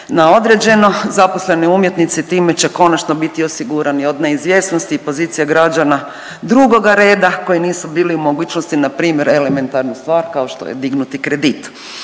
na određeno, zaposleni umjetnici time će konačno biti osigurani od neizvjesnosti i pozicija građana drugoga reda koji nisu bili u mogućnosti npr. elementarnu stvar kao što je dignuti kredit,